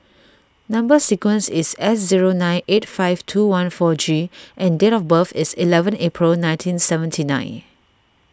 Number Sequence is S zero nine eight five two one four G and date of birth is eleven April nineteen seventy nine